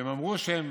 שאמרו שהן